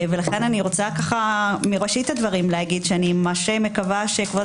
לכן אני רוצה מראשית הדברים לומר שאני מקווה שכבוד